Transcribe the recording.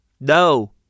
No